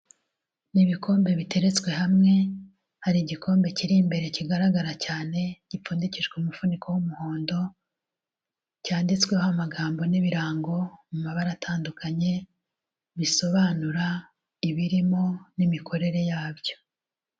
Ni ibikombe biteretswe hamwe, hari igikombe kiri imbere kigaragara cyane gipfundikijwe umufuniko w'umuhondo, cyanditsweho amagambo n'ibirango mu mabara atandukanye bisobanura ibirimo n'imikorere yabyo.